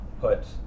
put